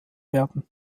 werden